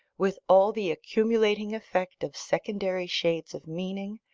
with all the accumulating effect of secondary shades of meaning,